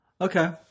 Okay